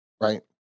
right